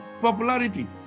popularity